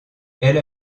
elle